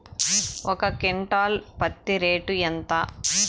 ఒక క్వింటాలు పత్తి రేటు ఎంత?